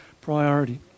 priority